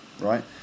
right